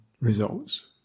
results